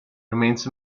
remains